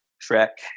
trek